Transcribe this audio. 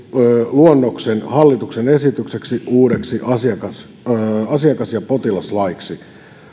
luonnoksen hallituksen esityksestä uudeksi asiakas asiakas ja potilaslaiksi